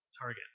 target